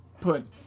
put